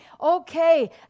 Okay